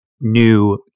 new